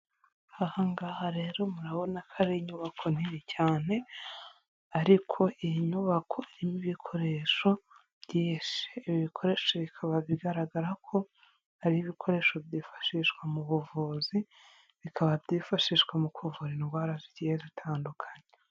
Ahaha rero murabona ko ari inyubako nini cyane ariko iyi nyubako irimo ibikoresho byinshi ibi bikoresho bikaba bigaragara ko ari ibikoresho byifashishwa mu buvuzi bikaba byifashishwa mu kuvura indwara zigiyegenda zitandukanye.